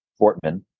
Fortman